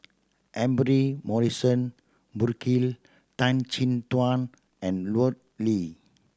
Humphrey Morrison Burkill Tan Chin Tuan and Lut Ali